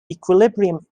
equilibrium